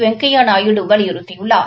வெங்கைய நாயுடு வலியுறத்தியுள்ளார்